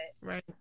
right